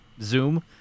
zoom